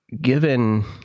Given